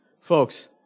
Folks